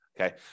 Okay